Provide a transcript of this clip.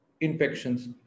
infections